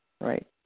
Right